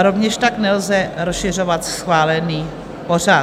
Rovněž tak nelze rozšiřovat schválený pořad.